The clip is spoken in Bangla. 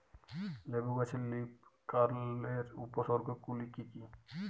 লেবু গাছে লীফকার্লের উপসর্গ গুলি কি কী?